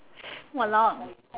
!walao!